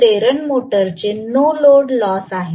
हे प्रेरण मोटरचे नो लोड लॉस आहे